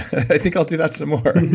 i think i'll do that some more.